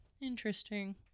Interesting